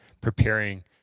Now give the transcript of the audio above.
preparing